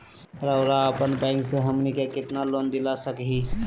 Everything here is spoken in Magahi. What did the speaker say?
रउरा अपन बैंक से हमनी के कितना लोन दिला सकही?